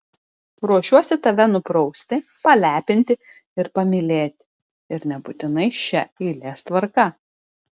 ruošiuosi tave nuprausti palepinti ir pamylėti ir nebūtinai šia eilės tvarka